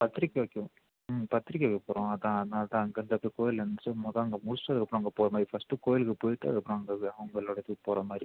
பத்திரிக்கை வைக்க ம் பத்திரிக்கை வைக்கப் போகறோம் அதான் அதனால தான் அங்கேருந்து அப்படியே கோயிலேருந்துட்டு முத அங்கே முடிச்சிவிட்டு அதுக்கப்பறம் அங்கே போகறமாரி ஃபர்ஸ்ட்டு கோயிலுக்கு போய்விட்டு அதுக்கப்பறம் அங்கேருந்து அவங்களோட வீட்டுக்கு போகறமாரி